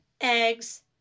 eggs